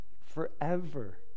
forever